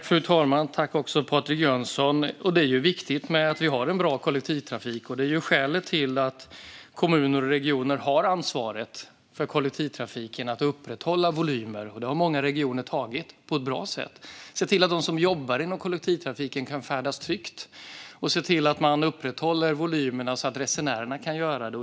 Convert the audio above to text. Fru talman! Det är viktigt att vi har en bra kollektivtrafik. Det är skälet till att kommuner och regioner som har ansvaret för kollektivtrafiken ska upprätthålla volymer. Detta ansvar har många regioner tagit på ett bra sätt. De har sett till att de som jobbar inom kollektivtrafiken kan färdas tryggt, och de har sett till att man upprätthåller volymerna så att resenärerna kan göra det.